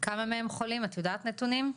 את יודעת נתונים?